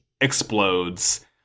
explodes